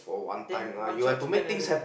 then one shot spend everything